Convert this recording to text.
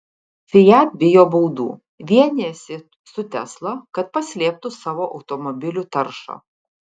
fiat bijo baudų vienijasi su tesla kad paslėptų savo automobilių taršą